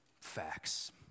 Facts